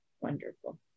Wonderful